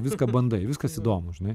viską bandai viskas įdomu žinai